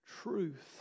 truth